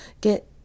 Get